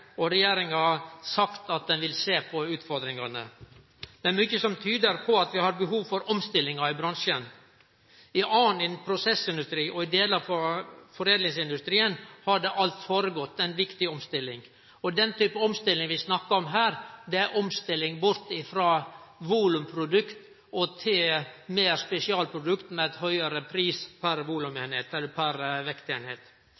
og regjeringa har sagt at ho vil sjå på utfordringane. Det er mykje som tyder på at vi har behov for omstillingar i bransjen. I annan prosessindustri og i delar av foredlingsindustrien har det alt gått føre seg ei viktig omstilling. Den typen omstilling vi snakkar om her, er omstilling bort frå volumprodukt og over til meir spesialprodukt med ein høgare pris per